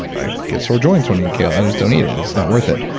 i get sore joints when eating kale. i just don't eat it. it's not worth it,